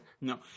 No